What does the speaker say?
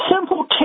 simple